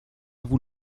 vous